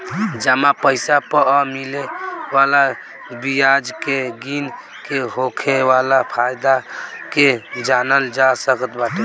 जमा पईसा पअ मिले वाला बियाज के गिन के होखे वाला फायदा के जानल जा सकत बाटे